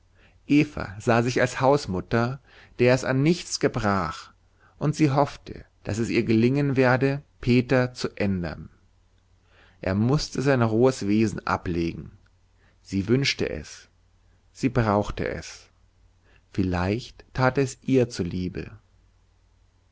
eva sah sich als hausmutter der es an nichts gebrach und sie hoffte daß es ihr gelingen werde peter zu ändern er mußte sein rohes wesen ablegen sie wünschte es sie brauchte es vielleicht tat er es ihr zuliebe